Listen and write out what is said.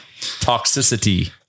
toxicity